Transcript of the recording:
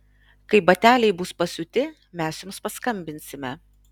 kai bateliai bus pasiūti mes jums paskambinsime